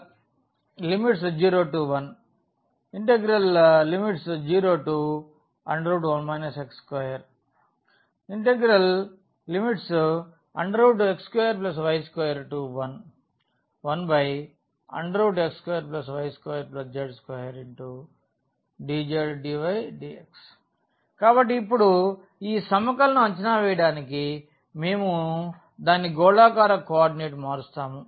0101 x2x2y211x2y2z2dzdydx కాబట్టి ఇప్పుడు ఈ సమకలనం అంచనా వేయడానికి మేము దాని గోళాకార కోఆర్డినేట్ మారుస్తాము